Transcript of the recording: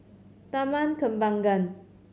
Taman Kembangan